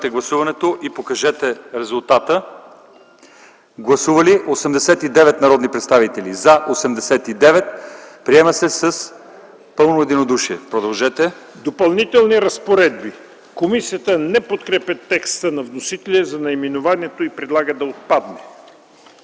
„Допълнителни разпоредби”. Комисията не подкрепя текста на вносителя за наименованието и предлага да отпадне.